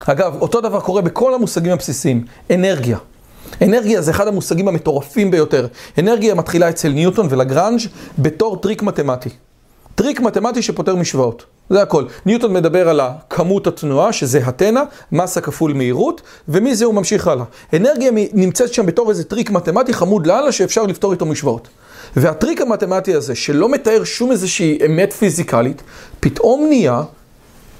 אגב, אותו דבר קורה בכל המושגים הבסיסיים, אנרגיה. אנרגיה זה אחד המושגים המטורפים ביותר. אנרגיה מתחילה אצל ניוטון ולגרנז' בתור טריק מתמטי. טריק מתמטי שפותר משוואות, זה הכל. ניוטון מדבר על כמות התנועה, שזה התנה, מסה הכפול מהירות, ומזה הוא ממשיך הלאה. אנרגיה נמצאת שם בתור איזה טריק מתמטי חמוד לאללה שאפשר לפתור איתו משוואות. והטריק המתמטי הזה שלא מתאר שום איזושהי אמת פיזיקלית, פתאום נהיה.